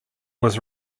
was